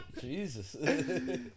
Jesus